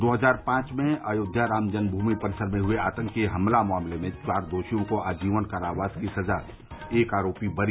दो हजार पांच में अयोध्या राम जन्म भूमि परिसर में हये आतंकी हमला मामले में चार दोषियों को आजीवन कारावास की सजा एक आरोपी बरी